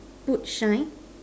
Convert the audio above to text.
boot shine